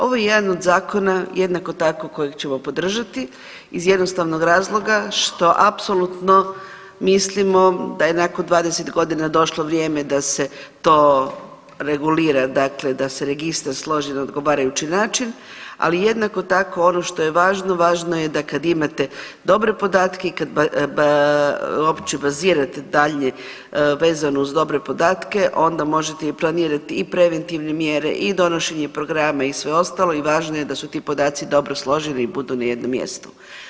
Ovo je jedan od zakona, jednako tako kojeg ćemo podržati iz jednostavnog razloga što apsolutno mislimo da je nakon 20 godina došlo vrijeme da se to regulira, dakle da se Registar složi na odgovarajući način, ali jednako tako ono što je važno, važno je da kad imate dobre podatke i kad opće bazirate daljnje vezano uz dobre podatke, onda možete i planirati i preventivne mjere i donošenje programa i sve ostalo i važno je da su ti podaci dobro složeni i budu na jednom mjestu.